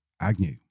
Agnew